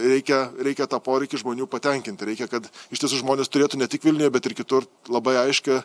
reikia reikia tą poreikį žmonių patenkinti reikia kad iš tiesų žmonės turėtų ne tik vilniuje bet ir kitur labai aiškią